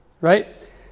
right